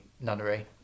nunnery